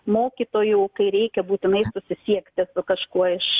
mokytojų kai reikia būtinai susisiekti su kažkuo iš